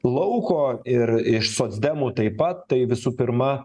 lauko ir iš socdemų taip pat tai visų pirma